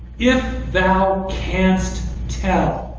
if thou canst tell?